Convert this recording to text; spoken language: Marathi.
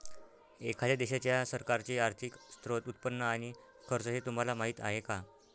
एखाद्या देशाच्या सरकारचे आर्थिक स्त्रोत, उत्पन्न आणि खर्च हे तुम्हाला माहीत आहे का